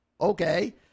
Okay